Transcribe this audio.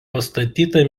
pastatyta